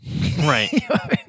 Right